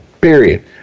period